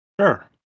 sure